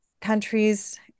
countries